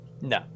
No